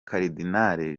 karidinali